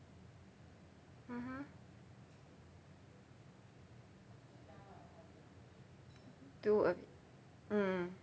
mmhmm do a b~ mmhmm